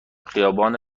خیابان